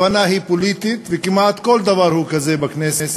הכוונה היא פוליטית, וכמעט כל דבר הוא כזה בכנסת,